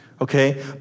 okay